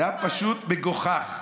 זה היה פשוט מגוחך.